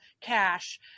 cash